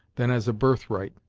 than as a birthright.